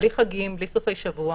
בלי חגים, בלי סופי שבוע.